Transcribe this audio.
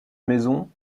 maison